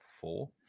four